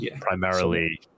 primarily